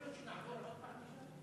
יכול להיות שאנחנו נעבור עוד פעם לשם?